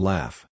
Laugh